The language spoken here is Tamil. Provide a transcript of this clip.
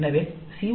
எனவே சி